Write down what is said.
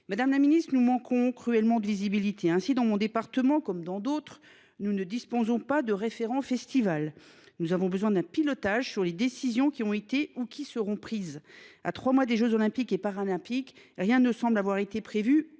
Madame la ministre, nous manquons cruellement de visibilité. Ainsi, dans mon département, comme dans d’autres, nous ne disposons pas de référent « festival ». Or nous avons besoin d’un pilotage sur les décisions qui ont été ou qui seront prises. À trois mois des jeux Olympiques et Paralympiques, rien ne semble avoir été prévu